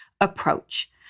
approach